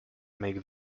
make